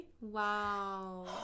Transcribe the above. wow